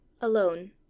alone